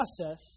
process